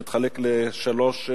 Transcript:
שמתחלקים לשלוש מנות.